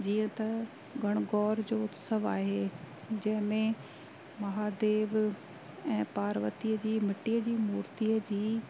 जीअं त गणगौर जो उत्सव आहे जंहिं में महादेव ऐं पार्वतीअ जी मिट्टीअ जी मूर्तीअ जी